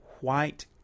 white